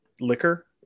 liquor